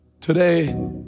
today